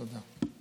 תודה.